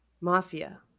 mafia